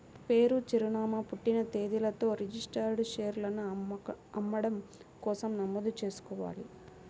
పేరు, చిరునామా, పుట్టిన తేదీలతో రిజిస్టర్డ్ షేర్లను అమ్మడం కోసం నమోదు చేసుకోవాలి